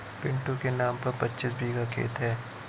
पिंटू के नाम पर पच्चीस बीघा खेत है